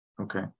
Okay